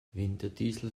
winterdiesel